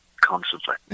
constantly